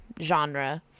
genre